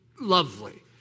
lovely